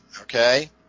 okay